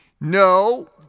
no